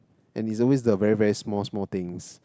and is always the very very small small things